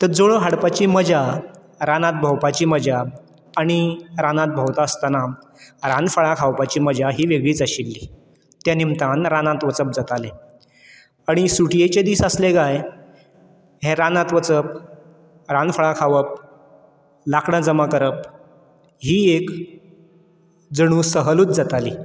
तर जोळोव हाडपाची मजा रानांत भोंवपाची मजा आनी रानांत भोंवता आसतना रानफळां खावपाची मजा ही वेगळीच आशिल्ली ते निमतान रानांत वचप जातालें आनी सुटयेचे दीस आसले गाय हें रानांत वचप रानफळां खावप लाकडां जमा करप ही एक जणू सहलूच जाताली